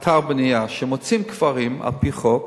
אתר בנייה, כשמוצאים קברים, על-פי חוק